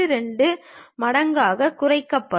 82 மடங்காகக் குறைக்கப்படும்